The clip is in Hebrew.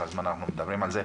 כל הזמן אנחנו מדברים על זה.